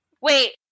wait